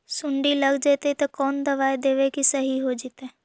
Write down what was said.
सुंडी लग जितै त कोन दबाइ देबै कि सही हो जितै?